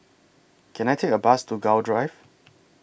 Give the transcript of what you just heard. Can I Take A Bus to Gul Drive